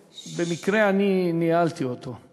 במקרה אני ניהלתי את הדיון הזה,